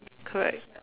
correct